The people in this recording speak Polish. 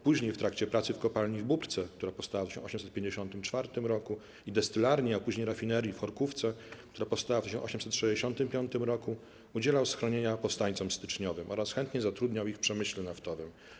Później w trakcie pracy w kopalni w Bóbrce, która powstała w 1854 r., i destylarni, a później w rafinerii w Chorkówce, która powstała w 1865 r., udzielał schronienia powstańcom styczniowym oraz chętnie zatrudniał ich w przemyśle naftowym.